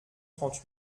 trente